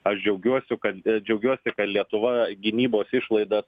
aš džiaugiuosi kad džiaugiuosi kad lietuva gynybos išlaidas